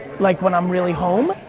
like when i'm really home,